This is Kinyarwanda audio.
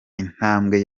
intambwe